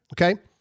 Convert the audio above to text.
Okay